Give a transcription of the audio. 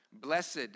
Blessed